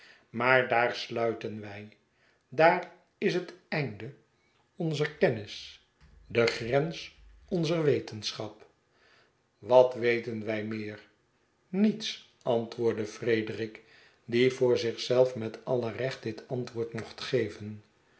maar daar stuiten wij daar is het einde onzer kennis de grens onzer wetenschap wat weten wij meer niets antwoordde frederik die voor zich zelf met alle recht dit antwoord mocht geven